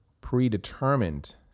predetermined